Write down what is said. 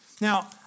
Now